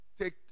take